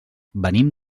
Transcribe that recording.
venim